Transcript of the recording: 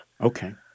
Okay